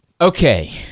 Okay